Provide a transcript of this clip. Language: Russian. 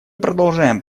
продолжаем